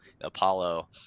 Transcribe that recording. Apollo